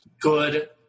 good